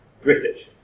British